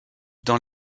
dans